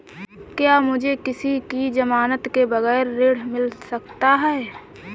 क्या मुझे किसी की ज़मानत के बगैर ऋण मिल सकता है?